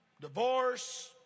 divorce